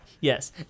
Yes